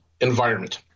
environment